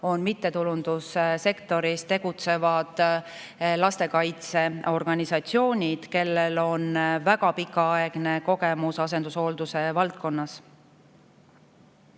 on mittetulundussektoris tegutsevad lastekaitseorganisatsioonid, kellel on väga pikaaegne kogemus asendushoolduse valdkonnas.